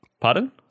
Pardon